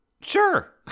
Sure